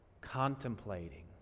Contemplating